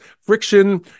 friction